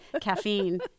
caffeine